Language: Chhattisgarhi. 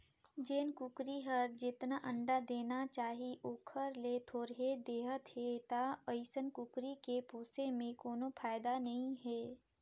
जेन कुकरी हर जेतना अंडा देना चाही ओखर ले थोरहें देहत हे त अइसन कुकरी के पोसे में कोनो फायदा नई हे